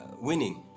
Winning